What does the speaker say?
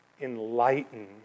enlighten